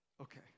Okay